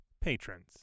patrons